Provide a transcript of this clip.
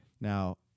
Now